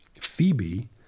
Phoebe